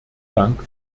dank